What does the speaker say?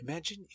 Imagine